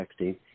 texting